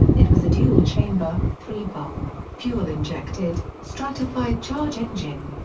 it was a dual-chamber, three-valve, fuel-injected, stratified-charge engine.